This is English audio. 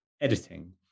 editing